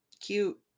cute